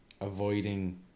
avoiding